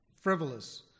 frivolous